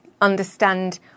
understand